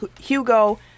Hugo